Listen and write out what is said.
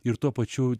ir tuo pačiu